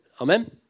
Amen